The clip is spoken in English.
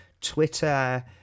twitter